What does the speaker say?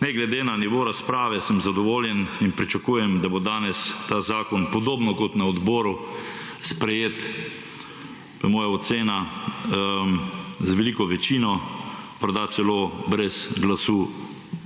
Ne glede na nivo razprave sem zadovoljen in pričakujem, da bo danes ta zakon podobno kot na odboru sprejet, moja ocena, z veliko večino, morda celo brez glasu